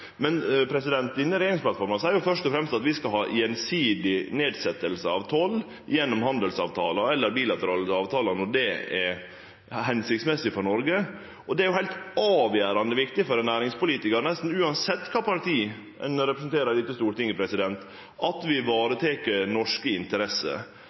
Men denne regjeringsplattforma seier først og fremst at vi skal ha gjensidig nedsetjing av toll gjennom handelsavtaler eller bilaterale avtaler når det er hensiktsmessig for Noreg. Det er heilt avgjerande viktig for ein næringspolitikar, nesten uansett kva for eit parti ein representerer i Stortinget, at vi